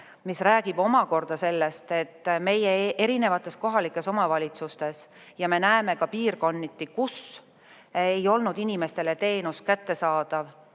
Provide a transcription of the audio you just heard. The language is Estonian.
mis räägib omakorda sellest, et osas kohalikes omavalitsustes – me näeme seda ka piirkonniti – ei olnud inimestele teenus kättesaadav.